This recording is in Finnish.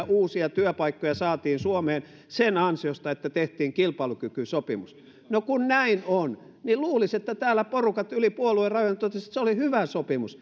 uusia työpaikkoja saatiin suomeen sen ansiosta että tehtiin kilpailukykysopimus no kun näin on niin luulisi että täällä porukat yli puoluerajojen toteaisivat että se oli hyvä sopimus